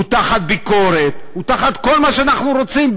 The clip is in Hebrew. הוא תחת ביקורת והוא תחת כל מה שאנחנו רוצים,